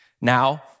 Now